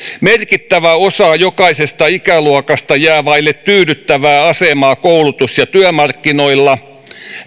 merkittävä osa jokaisesta ikäluokasta jää vaille tyydyttävää asemaa koulutus ja työmarkkinoilla